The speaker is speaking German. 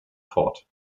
fort